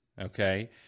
Okay